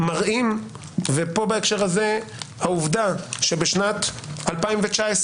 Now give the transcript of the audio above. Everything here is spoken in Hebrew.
מראים ופה בהקשר הזה, העובדה שבשנת 2019,